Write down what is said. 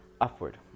upward